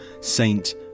Saint